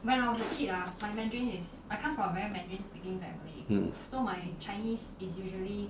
mm